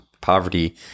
poverty